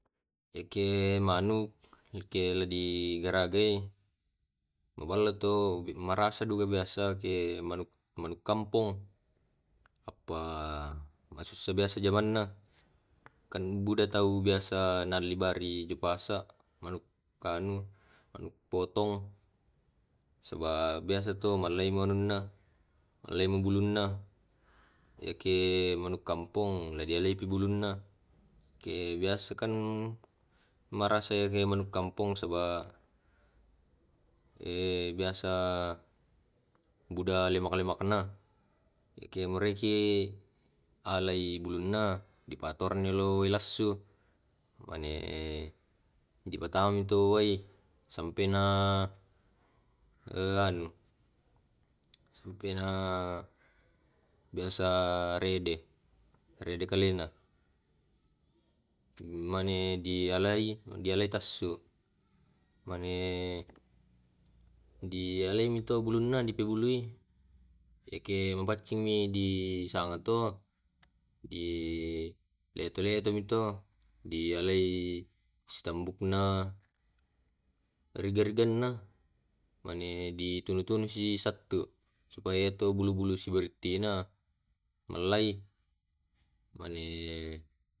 Iyake manuk, yake le diaragai, mubala to marasa duka biasa ke manuk manuk kampong. Apa mase biasa jabanna, kan buda tau biasa na libari jo pasak, manuk kanu manuk potong. Saba biasa to malaimi anunna malaimi bulunna, yake manuk kampong dialaipi bulunna. Ke biasa kan marasa yake manuk kampong saba eh biasa buda kalemukanna. Yake muraiki alai bulunna dipatolloreng dolo wai lassu, mani dipatma tu wai. Sampaina e anu sampaina biasa rede. Rede kalena. Mane dialai dialai tassu, mane di alai mi to bulunna di pebului. Eke mapaccingmi, di sangan to di leto leto mi to, dialai sitambukna, riga rigana, mane di tunu tunu ki sattu supaya to, bulu bulu sepertina mallai. Mane.